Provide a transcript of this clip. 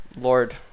lord